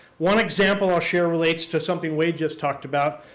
one example i'll share relates to something wade just talked about,